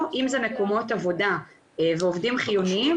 או אם זה מקומות עבודה ועובדים חיוניים